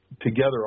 together